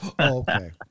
Okay